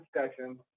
discussion